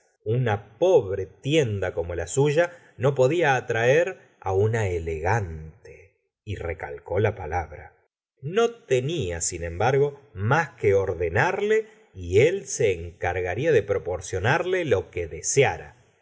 una potienda como la suya no podía atraer una eleante y recalcó la palabra no tenia sin embargo más que ordenarle y él se encargaría de proporcionarle lo que deseara